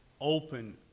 open